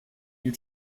you